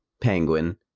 penguin